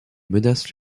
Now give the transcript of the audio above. menacent